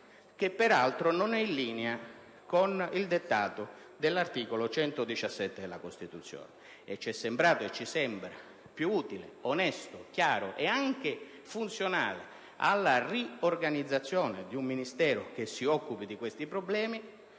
peraltro non in linea con il dettato dell'articolo 117 della Costituzione; ci sembrerebbe - e ci sembra - più utile, onesto, chiaro e anche funzionale alla riorganizzazione di un Ministero che si occupi di questi problemi